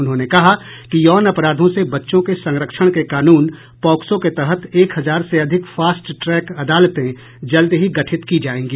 उन्होंने कहा कि यौन अपराधों से बच्चों के संरक्षण के कानून पॉक्सो के तहत एक हजार से अधिक फास्ट ट्रैक अदालते जल्द ही गठित की जायेंगी